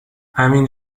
همین